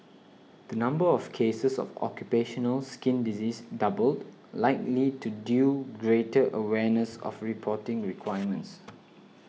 the number of cases of occupational skin disease doubled likely to due greater awareness of reporting requirements